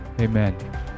Amen